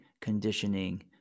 conditioning